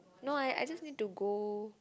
no I I just need to go